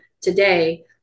today